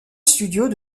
studios